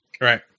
Right